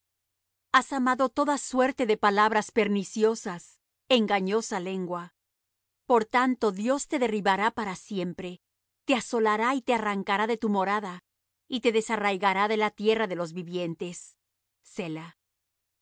has amado toda suerte de palabras perniciosas engañosa lengua por tanto dios te derribará para siempre te asolará y te arrancará de tu morada y te desarraigará de la tierra de los vivientes